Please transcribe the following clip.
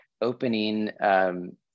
opening